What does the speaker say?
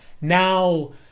Now